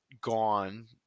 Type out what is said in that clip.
gone